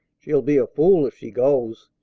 she'll be a fool if she goes!